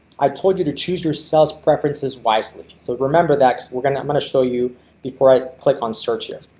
i told you to choose your sales preferences wisely. so remember that cause we're going to i'm going to show you before i click on search here.